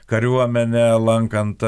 kariuomenę lankant